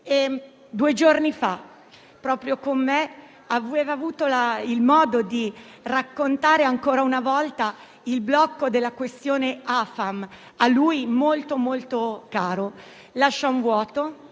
Due giorni fa, proprio con me, aveva avuto modo di raccontare, ancora una volta, il blocco della questione AFAM, a lui molto caro. Lascia un vuoto